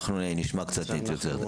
אנחנו נשמע קצת התייחסויות.